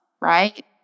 right